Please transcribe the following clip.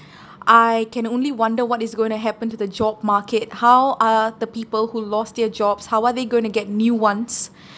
I can only wonder what is going to happen to the job market how are the people who lost their jobs how are they going to get new [one]s